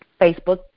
Facebook